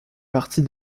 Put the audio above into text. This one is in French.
partie